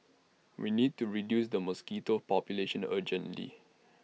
we need to reduce the mosquito population urgently